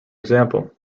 example